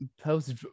Post